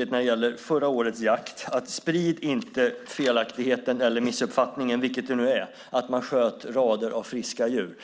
När det gäller förra årets jakt vill jag klart och tydligt säga: Sprid inte felaktigheten eller missuppfattningen, vilket det nu är, att man sköt rader av friska djur.